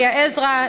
מאיה עזרא,